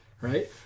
right